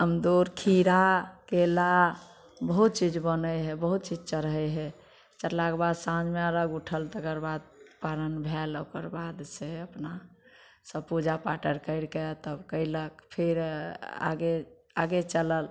अँगूर खीरा केला बहुत चीज बनै है बहुत चीज चढ़ै है चढ़लाके बाद साँझमे अरघ उठल तकरबाद पारण भेल ओकरबाद से अपना सब पूजा पाठ आओर करिके तब कयलक फेर आगे आगे चलल